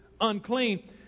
unclean